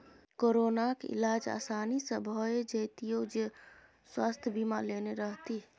कोरोनाक इलाज आसानी सँ भए जेतियौ जँ स्वास्थय बीमा लेने रहतीह